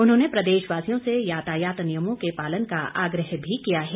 उन्होंने प्रदेशवासियों से यातायात नियमों के पालन का आग्रह भी किया है